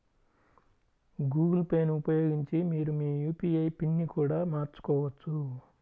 Google Pay ని ఉపయోగించి మీరు మీ యూ.పీ.ఐ పిన్ని కూడా మార్చుకోవచ్చు